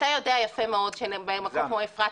אתה יודע יפה מאוד שמקום כמו אפרת,